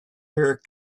her